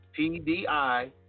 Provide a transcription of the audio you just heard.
PDI